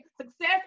Success